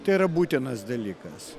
tai yra būtinas dalykas